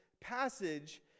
passage